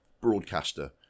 Broadcaster